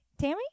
Tammy